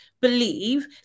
believe